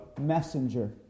messenger